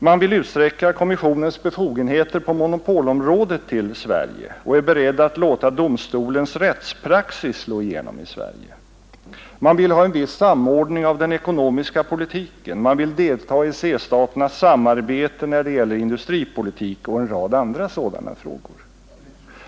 Man vill utsträcka kommissionens befogenheter på monopolområdet till Sverige och är beredd att låta domstolens rättspraxis slå igenom i Sverige. Man vill ha en viss samordning av den ekonomiska politiken, man vill delta i EEC-staternas samarbete när det gäller industripolitik och en rad andra sådana frågor.